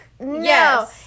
No